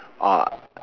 are